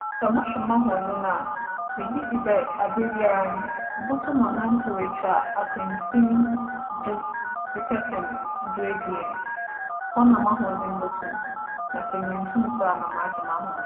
Sɛ mohwɛ m'ahoͻdzen no a, megye dzi dɛ aberbiara no, mubotum anantsew etwa akwansin du dze kɛpem duebien. Hͻ na m'ahoͻdzen botum. Na sɛ menntum so a na magye m'ahom.